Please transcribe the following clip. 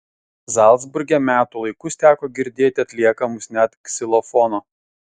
zalcburge metų laikus teko girdėti atliekamus net ksilofono